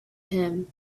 him